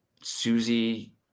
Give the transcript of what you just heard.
Susie